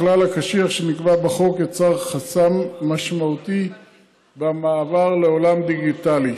הכלל הקשיח שנקבע בחוק יצר חסם משמעותי במעבר לעולם הדיגיטלי.